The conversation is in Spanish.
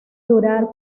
durar